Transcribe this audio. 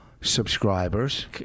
subscribers